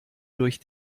durch